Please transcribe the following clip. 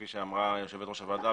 כפי שאמרה יושבת-ראש הוועדה,